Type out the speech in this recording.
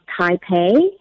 Taipei